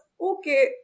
okay